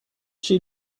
she